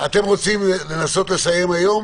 אנחנו נצטרך להמשיך ולבטל את הדבר הזה